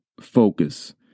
focus